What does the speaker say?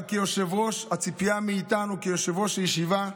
אבל כיושב-ראש, הציפייה מאיתנו, כיושב-ראש הישיבה,